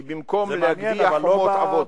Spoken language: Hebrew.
כי במקום להגביה חומות עבות,